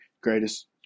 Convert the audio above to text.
greatest